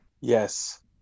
Yes